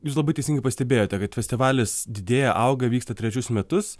jūs labai teisingai pastebėjote kad festivalis didėja auga vyksta trečius metus